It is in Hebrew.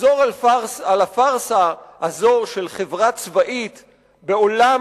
לחזור על מודל של חברה צבאית בעולם